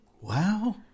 Wow